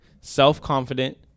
self-confident